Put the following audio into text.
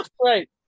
right